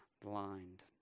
blind